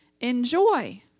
enjoy